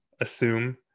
assume –